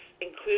include